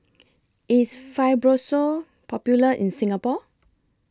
IS Fibrosol Popular in Singapore